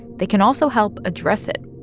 they can also help address it.